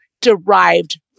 derived